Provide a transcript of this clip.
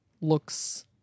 looks